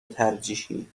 ترجیحی